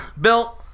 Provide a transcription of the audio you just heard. Bill